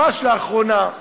ממש לאחרונה,